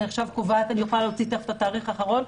אני יכולה לומר מה התאריך האחרון.